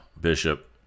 Bishop